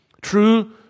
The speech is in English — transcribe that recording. True